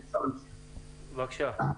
בבקשה.